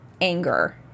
Anger